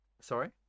Sorry